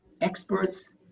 experts